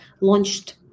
launched